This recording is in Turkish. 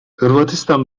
hırvatistan